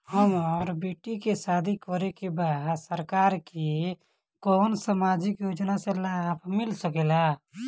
हमर बेटी के शादी करे के बा सरकार के कवन सामाजिक योजना से लाभ मिल सके ला?